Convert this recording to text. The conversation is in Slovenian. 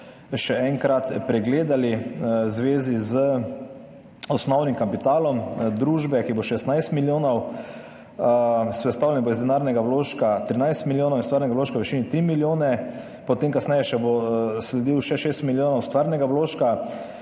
še enkrat pregledali, v zvezi z osnovnim kapitalom družbe, ki bo 16 milijonov, sestavljen bo iz denarnega vložka 13 milijonov in stvarnega vložka v višini 3 milijone, potem kasneje še bo sledil še 6 milijonov stvarnega vložka.